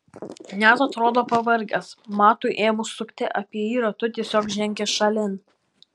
net atrodo pavargęs matui ėmus sukti apie jį ratu tiesiog žengia šalin